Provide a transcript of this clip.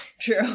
True